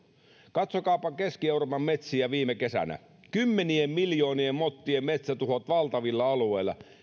katsokaapa keski euroopan metsiä viime kesältä kymmenien miljoonien mottien metsätuhot valtavilla alueilla